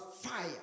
fire